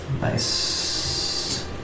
Nice